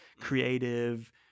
creative